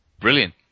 brilliant